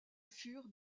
furent